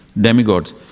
demigods